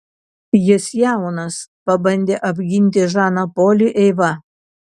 jis jaunas pabandė apginti žaną polį eiva